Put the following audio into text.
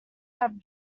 had